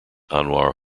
anwar